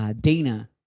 Dana